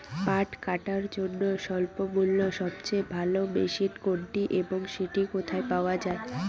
পাট কাটার জন্য স্বল্পমূল্যে সবচেয়ে ভালো মেশিন কোনটি এবং সেটি কোথায় পাওয়া য়ায়?